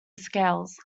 scales